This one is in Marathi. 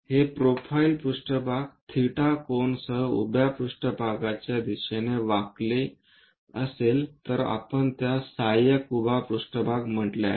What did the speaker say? हे प्रोफाइल पृष्ठभाग थेटा कोन सह उभ्या पृष्ठभागच्या दिशेने वाकले असेल तर आपण त्यास सहाय्यक उभा पृष्ठभाग म्हटले आहे